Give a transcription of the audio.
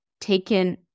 taken